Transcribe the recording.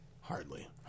Hardly